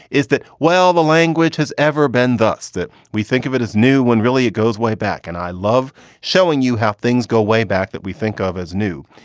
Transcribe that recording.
is that well, the language has ever been thus that we think of it as new when really it goes way back and i love showing you how things go way back that we think of as new.